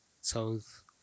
south